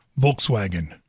Volkswagen